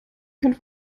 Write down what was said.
kennt